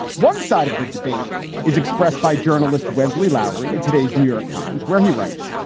one side of the debate is expressed by journalist wesley lowery in today's new york times, where he writes,